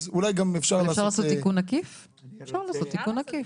אז אולי גם אפשר לעשות את זה --- אפשר לעשות תיקון עקיף.